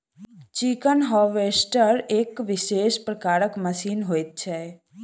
chicken harvester एक विशेष प्रकारक मशीन होइत छै